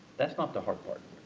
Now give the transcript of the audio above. that's not the hard part.